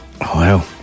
Wow